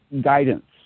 guidance